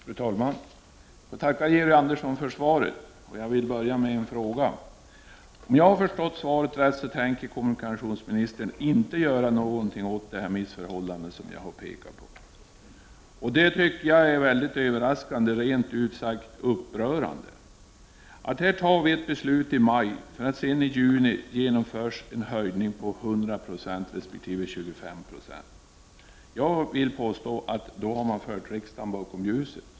Fru talman! Jag tackar Georg Andersson för svaret. Jag vill börja med en fråga: Om jag förstått svaret rätt, tänker kommunikationsministern inte göra någonting åt det missförhållande som jag har pekat på. Jag tycker det är mycket överraskande — rent ut sagt upprörande. Här i riksdagen tar vi ett beslut i maj — och i juni genomförs en höjning på 100 96 resp. 25 20. Jag vill påstå att då har man fört riksdagen bakom ljuset.